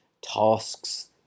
tasks